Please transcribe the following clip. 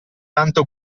tanto